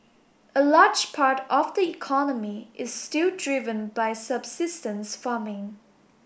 a large part of the economy is still driven by subsistence farming